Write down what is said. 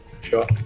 Sure